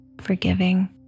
forgiving